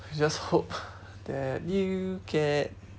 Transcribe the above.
I just hope that you get